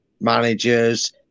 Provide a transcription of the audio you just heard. managers